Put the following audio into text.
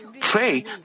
pray